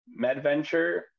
MedVenture